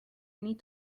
need